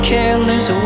Careless